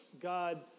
God